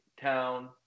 town